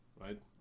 right